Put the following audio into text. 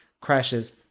crashes